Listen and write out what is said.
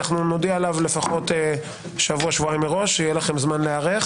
נודיע עליו לפחות שבוע-שבועיים מראש שיהיה לכם זמן להיערך.